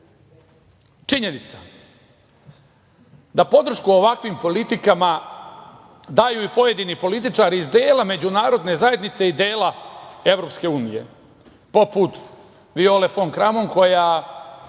činjenica, da podršku ovakvim politikama daju i pojedini političari iz dela Međunarodne zajednice i dela EU, poput Viole fon Kramon, koja